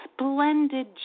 splendid